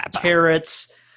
carrots